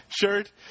shirt